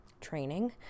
training